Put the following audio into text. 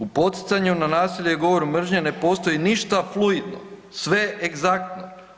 U poticanju na nasilje i govor mržnje ne postoji ništa fluidno, sve je egzaktno.